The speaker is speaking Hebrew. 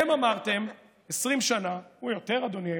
אתם אמרתם 20 שנה, או יותר, אדוני היושב-ראש,